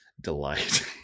delight